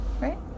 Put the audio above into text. right